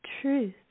truth